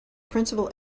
principal